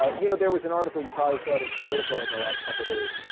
um you know there was an article, you probably saw it in politico in the last couple of days,